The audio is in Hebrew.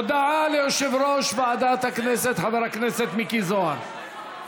הודעה ליושב-ראש ועדת הכנסת חבר הכנסת מיקי זוהר.